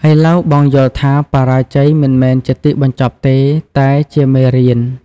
ឥឡូវបងយល់ថា បរាជ័យមិនមែនជាទីបញ្ចប់ទេ តែជាមេរៀន។